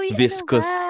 viscous